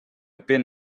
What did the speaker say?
pin